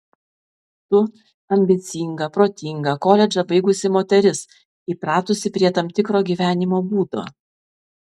tu ambicinga protinga koledžą baigusi moteris įpratusi prie tam tikro gyvenimo būdo